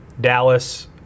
Dallas